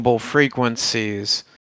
frequencies